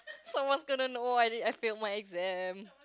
someone's gonna know what I did I failed my exam